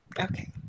Okay